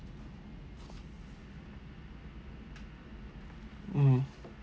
mm